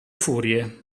furie